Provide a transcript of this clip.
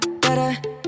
better